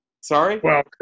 Sorry